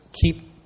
keep